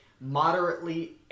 moderately